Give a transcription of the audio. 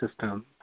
system